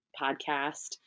podcast